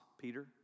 Peter